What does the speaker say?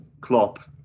Klopp